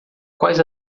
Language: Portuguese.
quais